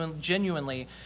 genuinely